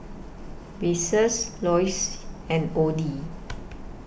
Besse Loyce and Odin